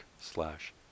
slash